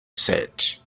set